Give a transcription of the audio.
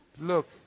Look